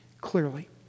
clearly